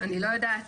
אז אני לא יודעת,